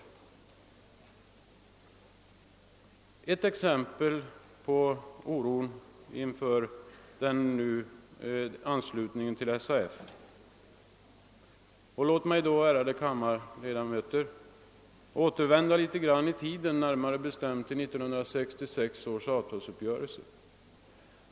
Jag vill anföra ett exempel på oron inför anslutningen till SAF. Låt mig då, ärade kammarledamöter, gå något tillbaka i tiden, närmare bestämt till 1966 års avtalsuppgörelse.